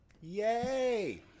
Yay